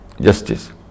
justice